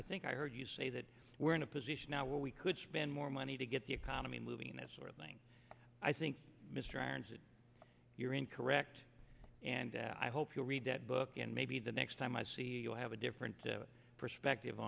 i think i heard you say that we're in a position now where we could spend more money to get the economy moving that sort of thing i think mr irons that you're incorrect and i hope you'll read that book and maybe the next time i see you have a different perspective